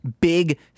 big